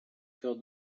cœur